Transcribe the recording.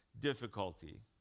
difficulty